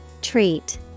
Treat